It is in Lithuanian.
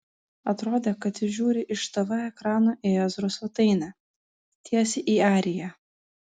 atrodė kad ji žiūri iš tv ekrano į ezros svetainę tiesiai į ariją